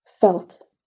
felt